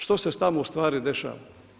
Što se tamo ustvari dešava?